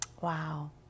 Wow